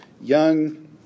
young